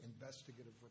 investigative